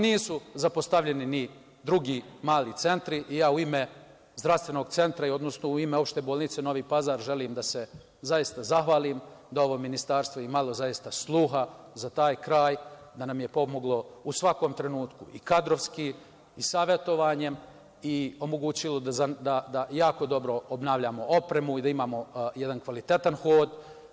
Nisu zapostavljeni ni drugi mali centri i ja u ime zdravstvenog centra, odnosno u ime Opšte bolnice Novi Pazar želim da se zaista zahvalim, da je ovo ministarstvo imalo zaista sluha za taj kraj, da nam je pomoglo u svakom trenutku i kadrovski i savetovanjem i omogućilo da jako dobro obnavljamo opremu i da imamo jedan kvalitetan hod.